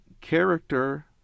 character